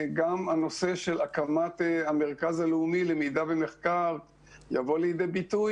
גם הנושא של הקמת המרכז הלאומי למידע ומחקר יבוא לידי ביטוי